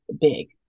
big